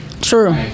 True